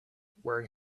wearing